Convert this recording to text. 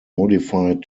modified